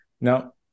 Now